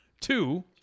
Two